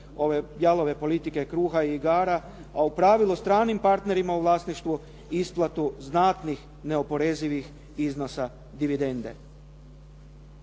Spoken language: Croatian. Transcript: ove jalove politike kruha i igara, a u pravilu stranim partnerima u vlasništvu isplatu znatnih neoporezivih iznosa dividende.